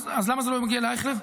אז למה זה לא מגיע לאייכלר?